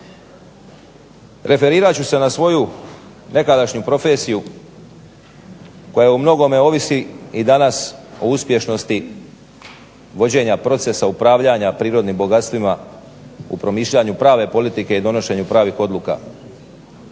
Referirat ću se na svoju nekadašnju profesiju koja u mnogome ovisi i danas o uspješnosti vođenja procesa upravljanja prirodnim bogatstvima u promišljanju prave politike i donošenju pravih odluka.